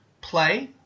play